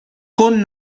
con